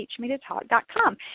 teachmetotalk.com